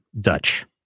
Dutch